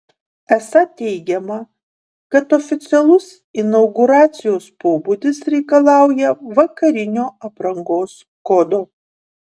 esą teigiama kad oficialus inauguracijos pobūdis reikalauja vakarinio aprangos kodo